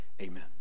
Amen